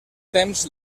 temps